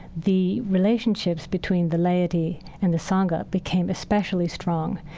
the relationships between the laity and the sangha became especially strong.